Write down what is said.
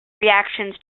reactions